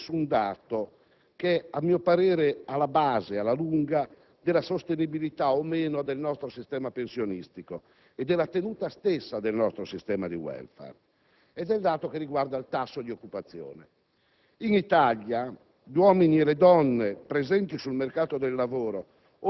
per andare avanti e non restare fermi. Voglio farvi riflettere su un dato che, a mio parere, si pone alla base della sostenibilità o meno del nostro sistema pensionistico e incide sulla tenuta stessa del nostro sistema di *welfare*: è il dato che riguarda il tasso di occupazione.